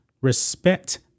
respect